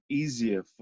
easier